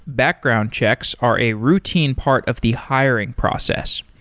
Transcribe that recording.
background checks are a routine part of the hiring process.